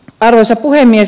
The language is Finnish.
arvoisa puhemies